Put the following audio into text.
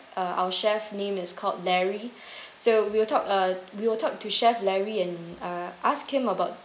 uh our chef's name is called larry so we'll talk uh we will talk to chef larry and uh ask him about